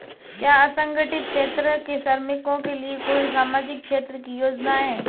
क्या असंगठित क्षेत्र के श्रमिकों के लिए कोई सामाजिक क्षेत्र की योजना है?